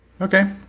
Okay